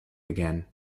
again